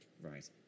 Right